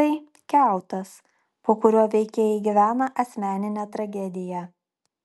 tai kiautas po kuriuo veikėjai gyvena asmeninę tragediją